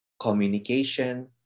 communication